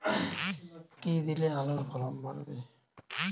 কী দিলে আলুর ফলন বাড়বে?